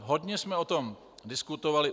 Hodně jsme o tom diskutovali.